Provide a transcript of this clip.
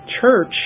church